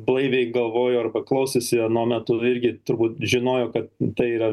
blaiviai galvojo arba klausėsi anuo metu irgi turbūt žinojo ka tai yra